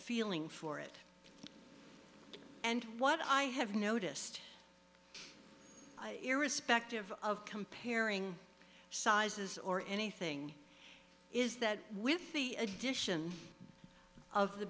feeling for it and what i have noticed irrespective of comparing sizes or anything is that with the addition of the